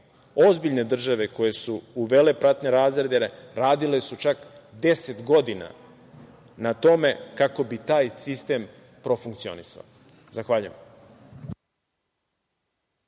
ozbiljne države koje su uvele platne razrede, radile su čak deset godina na tome kako bi taj sistem profunkcionisao. Zahvaljujem.